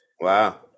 Wow